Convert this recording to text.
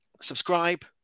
Subscribe